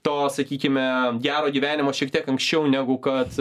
to sakykime gero gyvenimo šiek tiek anksčiau negu kad